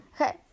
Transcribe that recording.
Okay